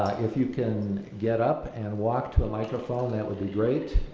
if you can get up and walk to a microphone, that would be great,